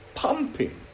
Pumping